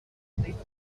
think